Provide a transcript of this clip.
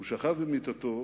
הוא שכב במיטתו,